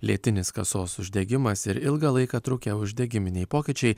lėtinis kasos uždegimas ir ilgą laiką trukę uždegiminiai pokyčiai